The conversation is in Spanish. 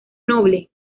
noble